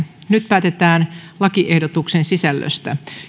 nyt päätetään lakiehdotuksen sisällöstä